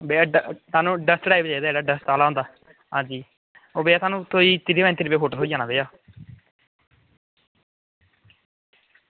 भैया डस्ट आह्ला चाहिदा जेह्ड़ा डस्ट आह्ला होंदा ते भैया थुहानू कोई त्रीह् रुपे इंच थ्होई जाना भैया